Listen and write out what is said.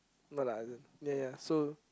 no lah as in ya ya so